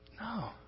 No